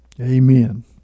Amen